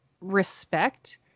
respect